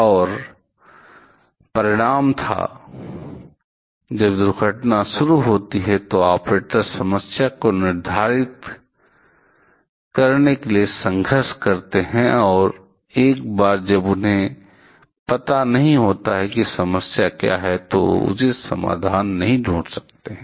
और परिणाम था जब दुर्घटना शुरू होती है तो ऑपरेटर समस्या को निर्धारित करने के लिए संघर्ष करते हैं और एक बार जब उन्हें पता नहीं होता है कि समस्या क्या है तो वे उचित समाधान नहीं ढूंढ सकते हैं